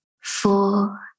four